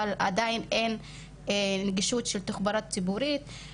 אבל עדיין אין נגישות של תחבורה ציבורית.